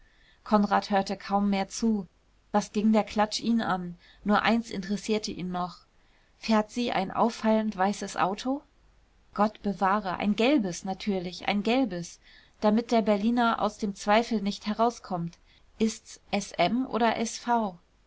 konrad hörte kaum mehr zu was ging der klatsch ihn an nur eins interessierte ihn noch fährt sie ein auffallend weißes auto gott bewahre ein gelbes natürlich ein gelbes damit der berliner aus dem zweifel nicht herauskommt ist's s m oder s v